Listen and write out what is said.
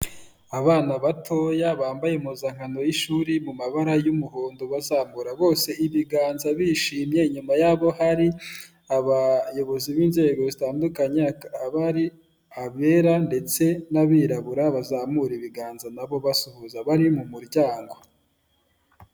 Abana batoya bambaye impuzankano y'ishuri mu mabara y'umuhondo, bazamura bose ibiganza bishimye, inyuma y'aho hari abayobozi b'inzego zitandukanye, hakaba hari abera ndetse n'abirabura bazamura ibiganza na bo basuhuza bari mu muryango.